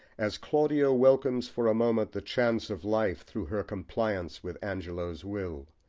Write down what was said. as claudio welcomes for a moment the chance of life through her compliance with angelo's will,